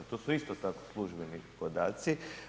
To su isto tako službeni podaci.